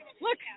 look